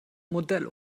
modell